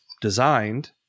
designed